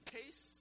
case